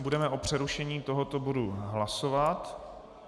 Budeme o přerušení tohoto bodu hlasovat.